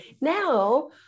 Now